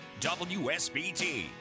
WSBT